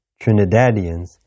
Trinidadians